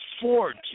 Ford